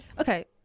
okay